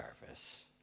service